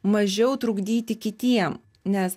mažiau trukdyti kitiem nes